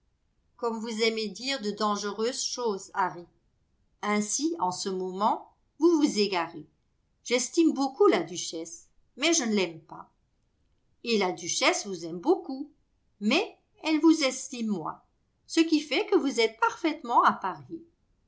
comme vous aimez dire de dangereuses choses harry ainsi en ce moment vous vous égarez j'estime beaucoup la duchesse mais je ne l'aime pas et la duchesse vous aime beaucoup mais elle vous estime moins ce qui fait que vous êtes parfaitement appariés